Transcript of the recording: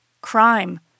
Crime